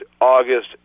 August